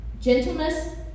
gentleness